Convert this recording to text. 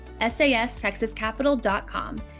sastexascapital.com